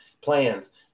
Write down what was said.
plans